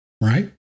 right